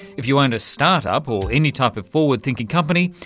if you own a start-up or any type of forward-thinking company,